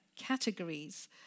categories